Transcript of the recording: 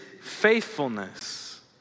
faithfulness